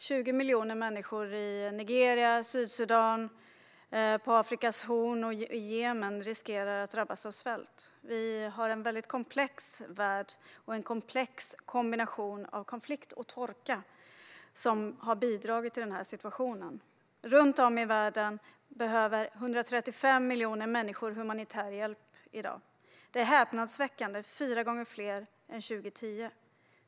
20 miljoner människor i Nigeria och Sydsudan, på Afrikas horn och i Jemen löper risk att drabbas av svält. En komplex värld och en komplex kombination av konflikt och torka har bidragit till situationen. Runt om i världen behöver 135 miljoner människor humanitär hjälp i dag. Det är häpnadsväckande fyra gånger fler än år 2010.